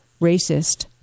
racist